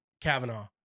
Kavanaugh